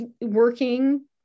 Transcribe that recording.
working